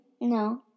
no